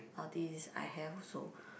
all this I have also